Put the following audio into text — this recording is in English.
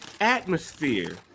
Atmosphere